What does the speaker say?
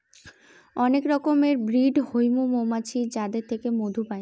অনেক রকমের ব্রিড হৈমু মৌমাছির যাদের থেকে মধু পাই